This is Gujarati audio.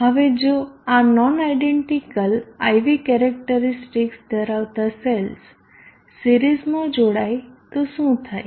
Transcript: હવે જો આ નોન આયડેન્ટીકલ IV કેરેક્ટરીસ્ટિકસ ધરાવતા સેલ્સ સિરીઝમાં જોડાય તો શું થાય